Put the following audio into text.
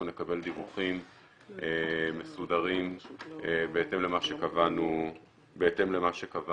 נקבל דיווחים מסודרים בהתאם למה שקבענו בחוזר.